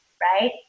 right